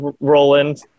Roland